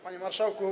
Panie Marszałku!